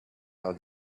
how